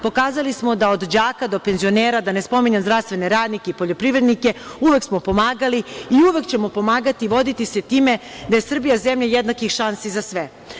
Pokazali smo da od đaka do penzionera, da ne spominjem zdravstvene radnike i poljoprivrednike, uvek smo pomagali i uvek ćemo pomagati i voditi se time da je Srbija zemlja jednakih šansi za sve.